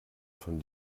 von